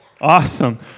Awesome